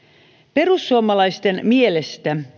perussuomalaisten mielestä